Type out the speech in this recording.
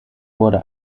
wurde